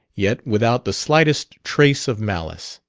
yet without the slightest trace of malice.